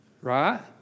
right